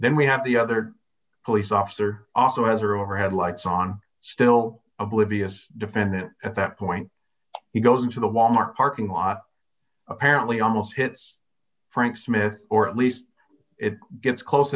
then we have the other police officer also has her overhead lights on still oblivious defendant at that point he goes into the wal mart parking lot apparently almost hits frank smith or at least it gets close